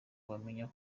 wamenya